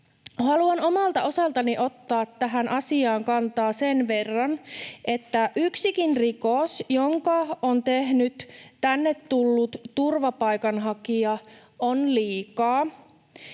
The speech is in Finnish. Haluan omalta osaltani ottaa tähän asiaan kantaa sen verran, että yksikin rikos, jonka on tehnyt tänne tullut turvapaikanhakija, on liikaa.